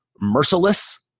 merciless